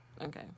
Okay